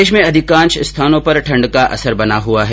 प्रदेश में अधिकतर स्थानों पर ठंड का असर बना हुआ है